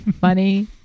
funny